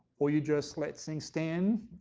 or you just let things stand?